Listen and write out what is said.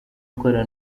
gukora